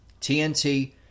TNT